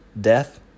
death